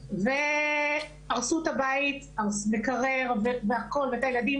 וניסו למצוא פתרונות ומצאו מקומות לדיור